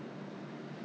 是吗